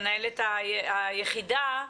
מנהלת היחידה,